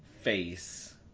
face